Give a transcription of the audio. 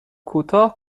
کوتاه